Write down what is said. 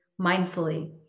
mindfully